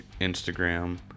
Instagram